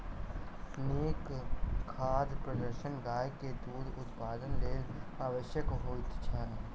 नीक खाद्य पदार्थ गाय के दूध उत्पादनक लेल आवश्यक होइत अछि